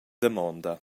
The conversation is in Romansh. damonda